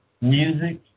music